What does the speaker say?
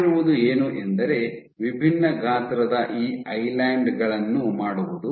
ಮಾಡಿರುವುದು ಏನು ಎಂದರೆ ವಿಭಿನ್ನ ಗಾತ್ರದ ಈ ಐಲ್ಯಾನ್ಡ್ಗಳನ್ನು ಮಾಡುವುದು